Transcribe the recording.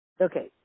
Okay